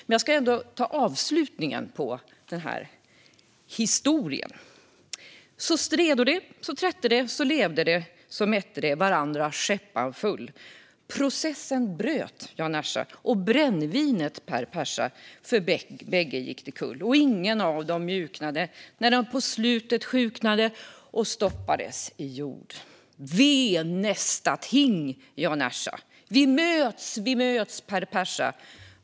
Men jag ska ändå ta avslutningen på historien: Så stredo de, så trätte de, så levde de, så mätte devarandra skäppan full. Processen bröt Jan Ersaoch brännvinet Per Persa, för bägge gick det kull. Och ingen av dem mjuknade, när de på slutet sjuknadeoch stoppades i jord. "Ve nästa ting, Jan Ersa! ","vi möts, vi möts, Per Persa!